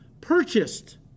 purchased